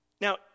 Now